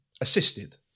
Assisted